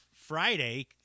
friday